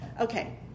Okay